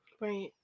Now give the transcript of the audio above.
Right